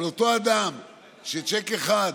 אבל אותו אדם ששיק אחד